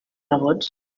nebots